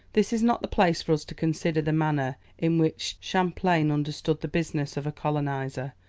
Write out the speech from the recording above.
this is not the place for us to consider the manner in which champlain understood the business of a colonizer,